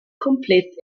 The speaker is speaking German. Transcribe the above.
komplett